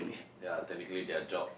yea technically their job